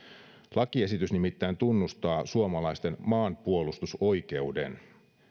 lakiesitys nimittäin tunnustaa suomalaisten maanpuolustusoikeuden